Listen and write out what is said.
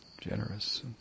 generous